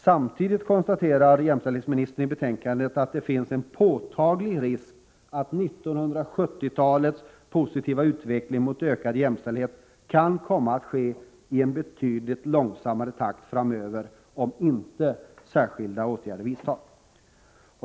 Samtidigt konstaterar jämställdhetsministern att det finns en påtaglig risk att 1970-talets positiva utveckling mot ökad jämställdhet kan komma att ske i en betydligt långsammare takt framöver om inte särskilda åtgärder vidtas.